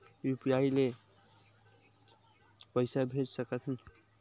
का यू.पी.आई ले पईसा भेज सकत हन?